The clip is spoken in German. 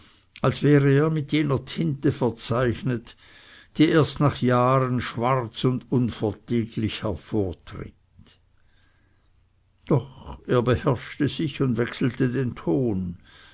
als wäre er mit jener tinte verzeichnet die erst nach jahren schwarz und unvertilglich hervortritt doch er beherrschte sich und wechselte den ton